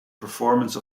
performance